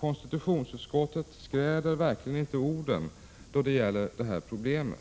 Konstitutionsutskottet skräder verkligen inte orden då det gäller det här problemet.